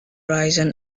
risen